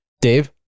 Dave